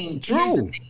True